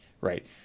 right